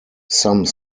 some